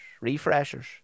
refreshers